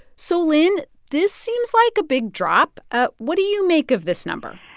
so, lynn, this seems like a big drop. ah what do you make of this number?